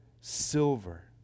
silver